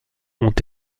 ont